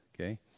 okay